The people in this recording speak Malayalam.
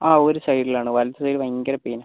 ആ ഒരു സൈഡിലാണ് വലത് സൈഡ് ഭയങ്കര പെയിൻ ആണ്